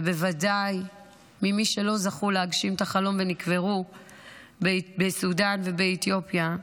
ובוודאי ממי שלא זכו להגשים את החלום ונקברו בסודאן ובאתיופיה,